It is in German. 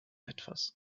etwas